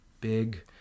big